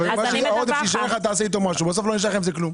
ועם העודף שיישאר לך תעשה משהו בסוף לא נשאר לו כלום.